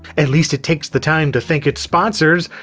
at least it takes the time to thank its sponsors!